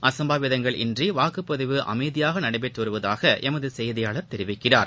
அசம்பாவிதங்கள் இன்றி வாக்குப்பதிவு அமைதியாக நடைபெற்று வருவதாக எமது செய்தியாளர் தெரிவிக்கிறார்